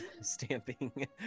stamping